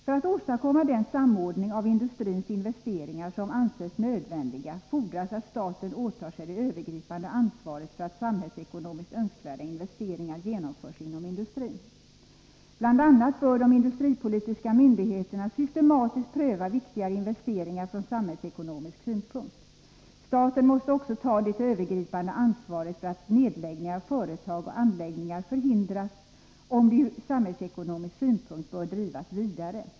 För att åstadkomma den samordning av industrins investeringar som anses nödvändig fordras att staten åtar sig det övergripande ansvaret för att samhällsekonomiskt önskvärda investeringar genomförs inom industrin. BI. a. bör de industripolitiska myndigheterna systematiskt pröva viktigare investeringar från samhällsekonomisk synpunkt. Staten måste också ta det övergripande ansvaret för att nedläggningar av företag och anläggningar förhindras, om dessa ur samhällsekonomisk synpunkt bör drivas vidare.